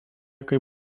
kaip